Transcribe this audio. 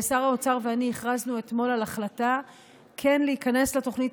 שר האוצר ואני הכרזנו אתמול על החלטה כן להיכנס לתוכנית